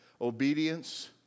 obedience